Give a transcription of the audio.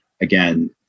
again